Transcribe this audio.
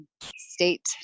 state